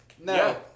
No